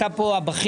אתה פה הבכיר,